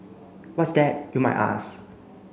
what's that you might ask